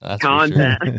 Content